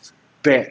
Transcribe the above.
it's bad